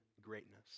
greatness